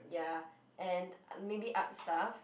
ya and maybe art stuff